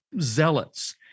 zealots